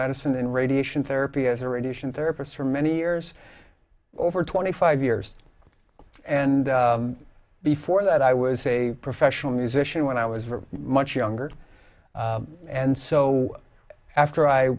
medicine and radiation therapy as are edition therapist for many years over twenty five years and before that i was a professional musician when i was very much younger and so after i